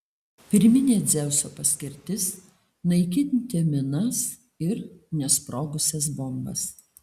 pirminė dzeuso paskirtis naikinti minas ir nesprogusias bombas